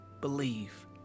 believe